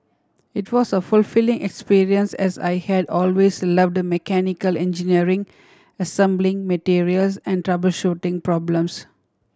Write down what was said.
it was a fulfilling experience as I had always loved mechanical engineering assembling materials and troubleshooting problems